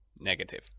Negative